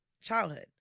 childhood